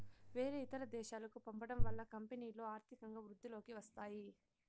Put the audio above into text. వేరే ఇతర దేశాలకు పంపడం వల్ల కంపెనీలో ఆర్థికంగా వృద్ధిలోకి వస్తాయి